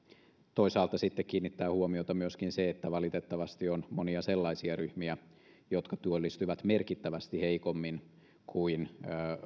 toisaalta sitten kiinnittää huomiota myöskin se että valitettavasti on monia sellaisia ryhmiä jotka työllistyvät merkittävästi heikommin kuin